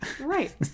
Right